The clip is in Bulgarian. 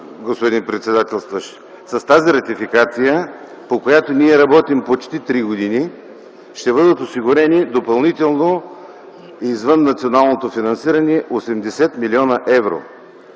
господин председателстващ. С тази ратификация, по която ние работим почти три години, ще бъдат осигурени допълнително извън националното финансиране 80 млн. евро.